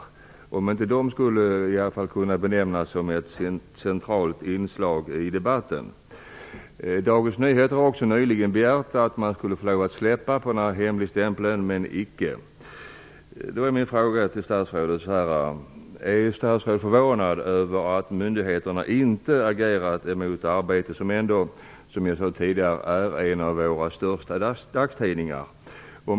Skulle inte den tidningens arbete kunna benämnas som ett centralt inslag i debatten? Dagens Nyheter har också nyligen begärt att man skulle häva hemligstämpeln, men så har icke skett. Är statsrådet förvånad över att myndigheterna inte har agerat gentemot Arbetet som är en av våra största dagstidningar?